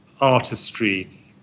artistry